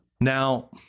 now